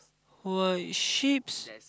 white sheeps